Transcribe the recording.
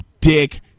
dick